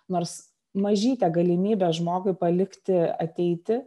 nors mažytę galimybę žmogui palikti ateiti